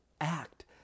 act